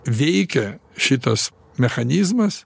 veikia šitas mechanizmas